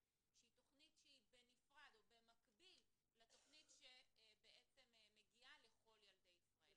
שהיא תכנית שהיא בנפרד או במקביל לתכנית שבעצם מגיעה לכל ילדי ישראל.